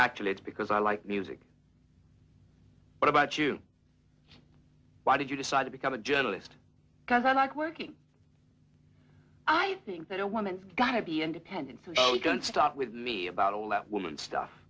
actually it's because i like music what about you why did you decide to become a journalist because i like working i think that a woman got to be independent don't start with me about all that woman stuff